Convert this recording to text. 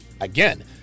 Again